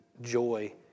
joy